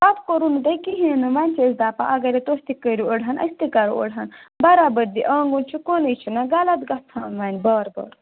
پَتہٕ کوٚروٕ نہٕ تۄہہِ کِہیٖنۍ نہٕ وۄنۍ چھِ أسۍ دَپان اگرے تُہۍ تہِ کٔرِو أڑہَن أسۍ تہِ کَرو أڑہَن برابردی آنٛگُن چھُ کُنُے چھُنا غلط گژھان وۄنۍ بار بار